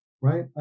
right